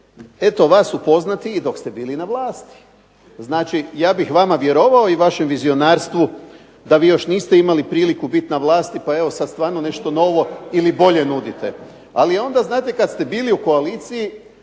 eto vas upoznati i dok ste bili na vlasti, znači ja bih vama vjerovao i vašem vizionarstvu, da vi još niste imali priliku biti na vlasti pa evo sada stvarno nešto novo i bolje nudite. Ali onda znate kada ste bili u koaliciji